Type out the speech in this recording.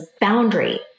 boundary